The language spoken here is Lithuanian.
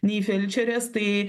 nei felčerės tai